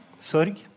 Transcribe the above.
Sorg